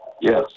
Yes